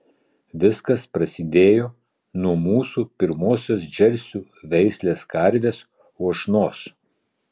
viskas prasidėjo nuo mūsų pirmosios džersių veislės karvės uošnos